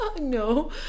no